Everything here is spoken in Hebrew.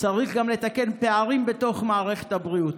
צריך לתקן גם פערים בתוך מערכת הבריאות.